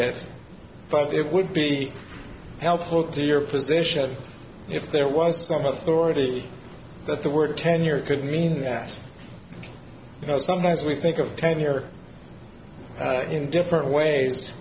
it but it would be helpful to your position if there was some authority that the word tenure could mean that you know sometimes we think a ten year in different ways